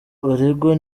barangwa